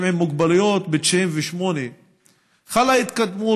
עם מוגבלויות ב-1998 חלה התקדמות,